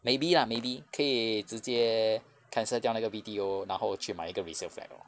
maybe lah maybe 可以直接 cancel 掉那个 B_T_O 然后去买一个 resale flat lor